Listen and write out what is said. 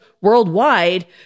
worldwide